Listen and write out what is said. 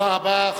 תודה רבה.